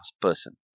person